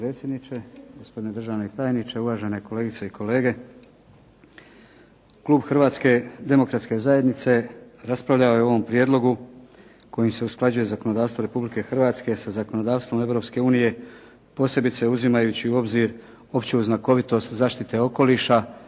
demokratske zajednice raspravljao je o ovom prijedlogu kojim se usklađuje zakonodavstvo Republike Hrvatske sa zakonodavstvom Europske unije posebice uzimajući u obzir opću znakovitost zaštite okoliša